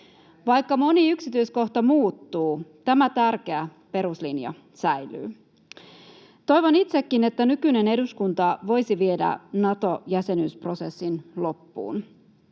Vaikka moni yksityiskohta muuttuu, tämä tärkeä peruslinja säilyy. Toivon itsekin, että nykyinen eduskunta voisi viedä Nato-jäsenyysprosessin loppuun.